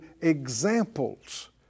examples